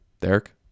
Derek